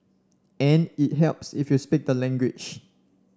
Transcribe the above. and it helps if you speak the language